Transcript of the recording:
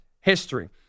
history